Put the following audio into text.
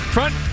Front